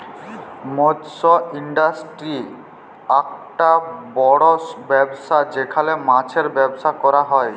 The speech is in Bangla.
মৎস ইন্ডাস্ট্রি আককটা বড় ব্যবসা যেখালে মাছের ব্যবসা ক্যরা হ্যয়